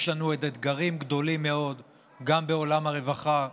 יש לנו עוד אתגרים גדולים מאוד גם בעולם הרווחה,